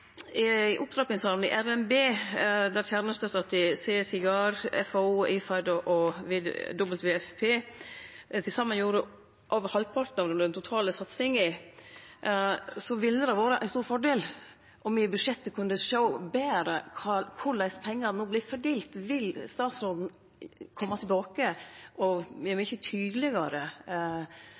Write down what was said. opptrappinga i revidert nasjonalbudsjett, der kjernestøtta til CGIAR, FAO, IFAD og WFP til saman utgjorde over halvparten av den totale satsinga, ville det vore ein stor fordel om me i budsjettet kunne sjå betre korleis pengane no vert fordelte. Vil statsråden kome tilbake og vere mykje tydelegare